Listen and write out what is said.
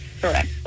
correct